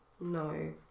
No